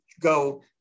go